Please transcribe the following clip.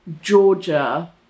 Georgia